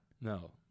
No